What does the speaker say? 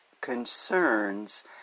concerns